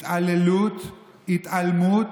התעללות, התעלמות,